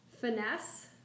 finesse